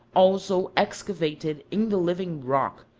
also excavated in the living rock,